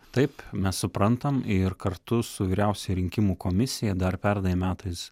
taip mes suprantam ir kartu su vyriausiąja rinkimų komisija dar pernai metais